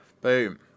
Boom